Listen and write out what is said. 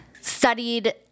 studied